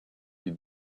you